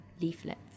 leaflets